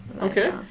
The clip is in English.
okay